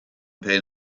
pain